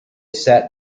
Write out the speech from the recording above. sat